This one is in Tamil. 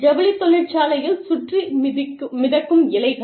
ஜவுளித் தொழிற்சாலையில் சுற்றி மிதக்கும் இழைகள்